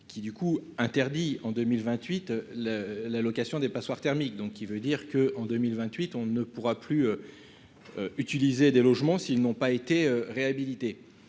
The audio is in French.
qui du coup interdit en 2028 le la location des passoires thermiques donc qui veut dire que en 2028 on ne pourra plus. Utiliser des logements s'ils n'ont pas été réhabilité.